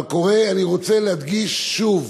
אני רוצה להדגיש שוב